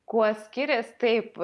kuo skirias taip